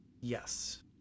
yes